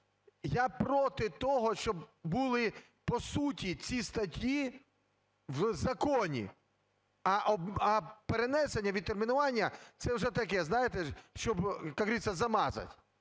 Я проти того, щоб були по суті ці статті в законі. А перенесення, відтермінування – це вже таке, знаєте, щоб, как говорится, замазать.